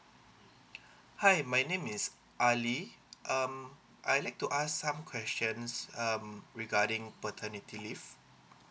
hi my name is ali um I like to ask some questions um regarding paternity leave